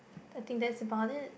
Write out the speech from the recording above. I think that's about it